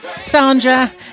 Sandra